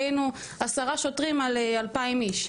היינו עשרה שוטרים על אלפיים איש.